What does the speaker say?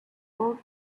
old